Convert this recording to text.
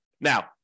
Now